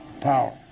power